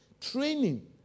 training